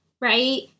right